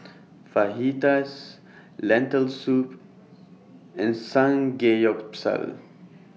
Fajitas Lentil Soup and Samgeyopsal